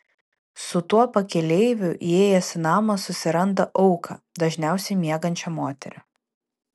su tuo pakeleiviu įėjęs į namą susiranda auką dažniausiai miegančią moterį